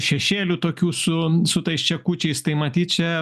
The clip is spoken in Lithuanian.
šešėlių tokių su su tais čekučiais tai matyt čia